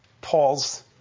Paul's